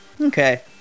Okay